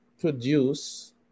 produce